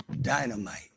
dynamite